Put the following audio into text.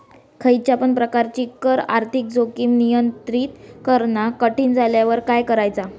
खयच्या पण प्रकारची कर आर्थिक जोखीम नियंत्रित करणा कठीण झाल्यावर काय करायचा?